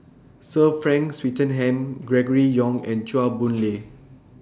Sir Frank Swettenham Gregory Yong and Chua Boon Lay